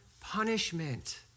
punishment